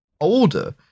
older